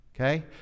okay